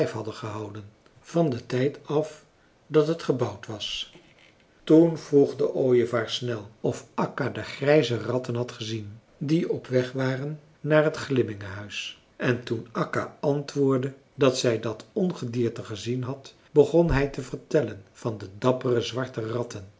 hadden gehouden van den tijd af dat het gebouwd was toen vroeg de ooievaar snel of akka de grijze ratten had gezien die op weg waren naar het glimmingehuis en toen akka antwoordde dat zij dat ongedierte gezien had begon hij te vertellen van de dappere zwarte ratten